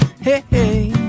hey